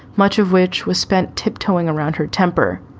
much of which was spent tiptoeing around her temper,